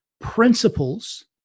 Principles